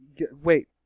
Wait